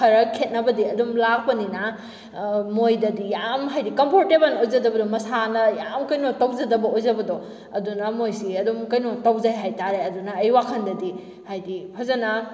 ꯈꯔ ꯈꯦꯠꯅꯕꯗꯤ ꯑꯗꯨꯝ ꯂꯥꯛꯄꯅꯤꯅ ꯃꯣꯏꯗꯗꯤ ꯌꯥꯝ ꯍꯥꯏꯗꯤ ꯀꯝꯐꯣꯔꯇꯦꯕꯜ ꯑꯣꯏꯖꯗꯕꯗꯣ ꯃꯁꯥꯅ ꯌꯥꯝ ꯀꯩꯅꯣ ꯇꯧꯖꯗꯕ ꯑꯣꯏꯖꯕꯗꯣ ꯑꯗꯨꯅ ꯃꯣꯏꯁꯤ ꯑꯗꯨꯝ ꯀꯩꯅꯣ ꯇꯧꯖꯩ ꯍꯥꯏꯇꯥꯔꯦ ꯑꯗꯨꯅ ꯑꯩ ꯋꯥꯈꯜꯗꯗꯤ ꯍꯥꯏꯗꯤ ꯐꯖꯅ